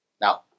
Now